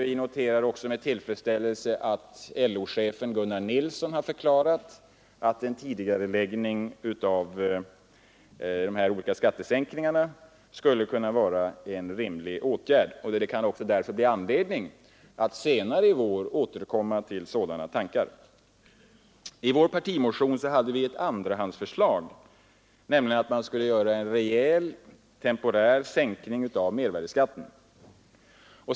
Vi noterar också med tillfredsställelse att LO-chefen Gunnar Nilsson har förklarat att en tidigareläggning av dessa olika skattesänkningar skulle kunna vara en rimlig åtgärd. Det kan även därför bli anledning att senare i vår återkomma till sådana tankar. I vår partimotion hade vi ett andrahandsförslag, nämligen att man skulle göra en rejäl temporär sänkning av mervärdeskatten.